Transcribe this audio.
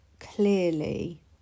clearly